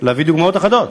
להביא דוגמאות אחדות.